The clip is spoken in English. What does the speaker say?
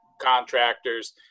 contractors